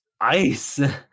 ice